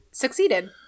succeeded